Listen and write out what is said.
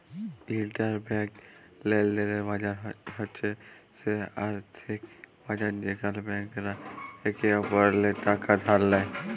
interbank লেলদেলের বাজার হছে সে আথ্থিক বাজার যেখালে ব্যাংকরা একে অপরেল্লে টাকা ধার লেয়